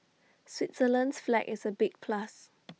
Switzerland's flag is A big plus